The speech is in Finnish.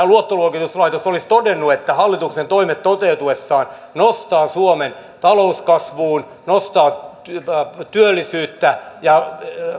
luottoluokituslaitos olisi todennut että hallituksen toimet toteutuessaan nostavat suomen talouskasvuun nostavat työllisyyttä ja